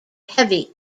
heavy